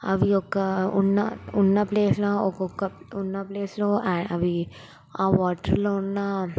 అవి ఒక్క ఉన్న ఉన్నప్లేస్లో ఒక్కొక్క ఉన్నప్లేస్లో అవి ఆ వాటర్లో ఉన్న